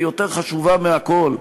יותר חשובה מהכול.